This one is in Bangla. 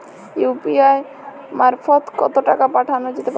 ইউ.পি.আই মারফত কত টাকা পাঠানো যেতে পারে?